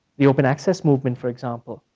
the open access movement, for example,